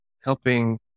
helping